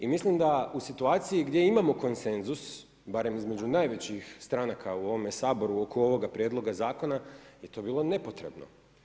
I mislim da u situaciji gdje imamo konsenzus, barem između najvećih stranaka u ovome Saboru oko ovoga prijedloga zakona je to bilo nepotrebno.